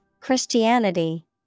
Christianity